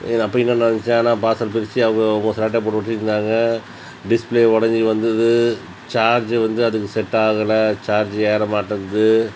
அப்படி ஆனால் பார்சல் பிரித்து அவங்க அவங்க செலோடேப் போட்டு ஒட்டியிருந்தாங்க டிஸ்பிளே உடஞ்சி வந்தது சார்ஜி வந்து அதுக்கு செட் ஆகலை சார்ஜி ஏற மாட்டேன்து